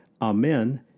Amen